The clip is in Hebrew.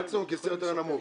מקסימום כיסא יותר נמוך.